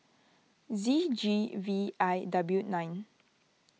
Z G V I W nine